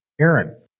Aaron